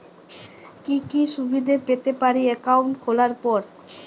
কি কি সুবিধে পেতে পারি একাউন্ট খোলার পর?